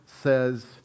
says